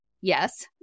yes